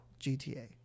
GTA